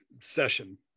session